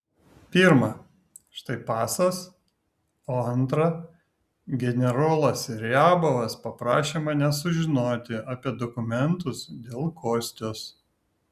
pirma štai pasas o antra generolas riabovas paprašė manęs sužinoti apie dokumentus dėl kostios